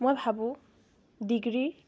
মই ভাবোঁ ডিগ্ৰীৰ